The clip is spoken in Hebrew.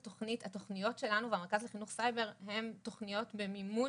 התוכניות שלנו והמרכז לחינוך סייבר הם תוכניות במימון